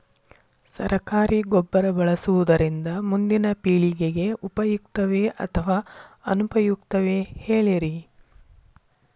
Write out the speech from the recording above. ಸರಕಾರಿ ಗೊಬ್ಬರ ಬಳಸುವುದರಿಂದ ಮುಂದಿನ ಪೇಳಿಗೆಗೆ ಉಪಯುಕ್ತವೇ ಅಥವಾ ಅನುಪಯುಕ್ತವೇ ಹೇಳಿರಿ